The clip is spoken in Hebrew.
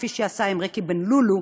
כפי שעשה עם ריקי בן-לולו,